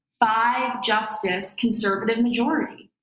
five-justice conservative majority.